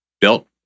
built